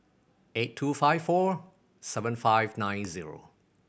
eight two five four seven five nine zero